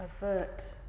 avert